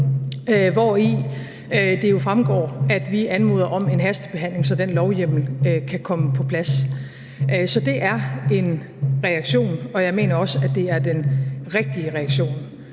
hvori det jo fremgår, at vi anmoder om en hastebehandling, så den lovhjemmel kan komme på plads. Så det er en reaktion, og jeg mener også, at det er den rigtige reaktion.